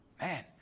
Man